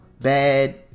bad